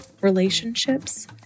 relationships